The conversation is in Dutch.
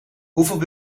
hoeveel